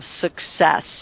success